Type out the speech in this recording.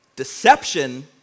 Deception